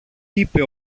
είπε